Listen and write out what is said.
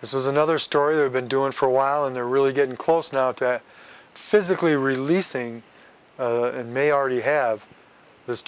this is another story they've been doing for a while and they're really getting close now to physically releasing in may already have this